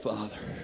Father